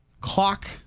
clock